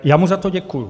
Já mu za to děkuji.